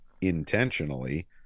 intentionally